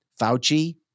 Fauci